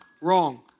wrong